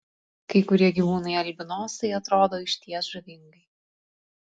kai kurie gyvūnai albinosai atrodo išties žavingai